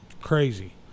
Crazy